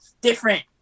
different